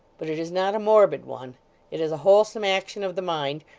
but it is not a morbid one it is a wholesome action of the mind,